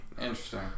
interesting